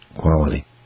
Quality